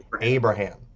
Abraham